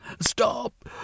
Stop